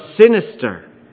sinister